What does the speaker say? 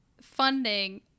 funding